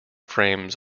frames